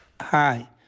Hi